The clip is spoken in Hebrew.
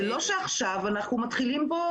זה לא שעכשיו אנחנו מתחילים פה,